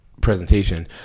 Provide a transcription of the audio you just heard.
presentation